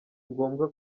ngombwa